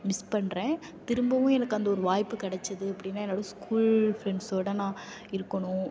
miss பண்ணுறேன் திரும்பவும் எனக்கு அந்த ஒரு வாய்ப்பு கிடச்சிது அப்படின்னா என்னோட ஸ்கூல் ஃப்ரெண்ட்ஸோட நான் இருக்கணும்